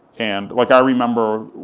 and like i remember